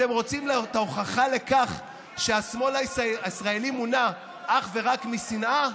אתם רוצים את ההוכחה לכך שהשמאל הישראלי מונע אך ורק משנאה?